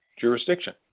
jurisdiction